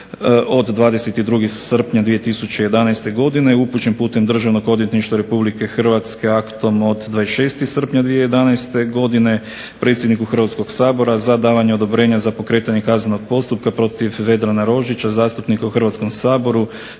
od 23. rujna 2011. godine upućen putem Državnog odvjetništva RH aktom od 23. rujna 2011. godine predsjedniku Hrvatskog sabora za davanje odobrenja za pokretanje kaznenog postupka protiv Ive Sanadera zastupnika u Hrvatskom saboru